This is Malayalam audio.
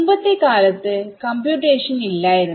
മുമ്പത്തെ കാലത്ത് കമ്പ്യൂട്ടേഷൻഇല്ലായിരുന്നു